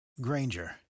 Granger